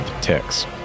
ticks